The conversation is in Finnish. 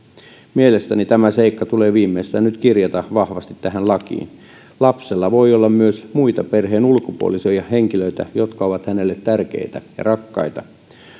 mielestäni tämä seikka tulee viimeistään nyt kirjata vahvasti tähän lakiin lapsella voi olla myös muita perheen ulkopuolisia henkilöitä jotka ovat hänelle tärkeitä ja rakkaita